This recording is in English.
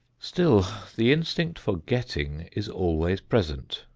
still the instinct for getting is always present,